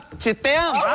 to their